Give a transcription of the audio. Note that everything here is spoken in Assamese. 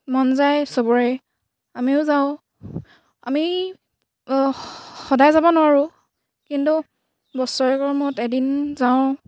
মন যায় সবৰে আমিও যাওঁ আমি সদায় যাব নোৱাৰোঁ কিন্তু বছৰেকৰ মূৰত এদিন যাওঁ